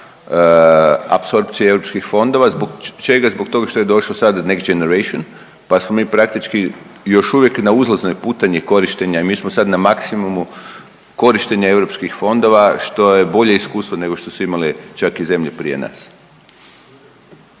apsorpcije europskih fondova. Zbog čega? Zbog toga što je došao sada Next Generation pa smo mi praktički još uvijek na uzlaznoj putanji korištenja i mi smo sad na maksimumu korištenja europskih fondova što je bolje iskustvo **Jandroković, Gordan (HDZ)** Sada je na